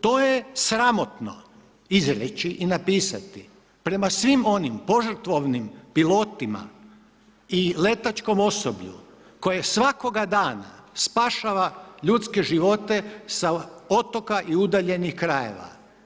To je sramotno izreći i napisati prema svim onim požrtvovnim pilotima i letačkom osoblju, koje svakoga dana spašava ljudske živote sa otoka i udaljenih krajeva.